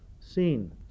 seen